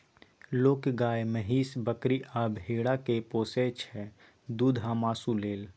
लोक गाए, महीष, बकरी आ भेड़ा केँ पोसय छै दुध आ मासु लेल